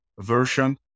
version